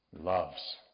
loves